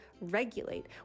regulate